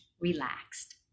relaxed